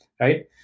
Right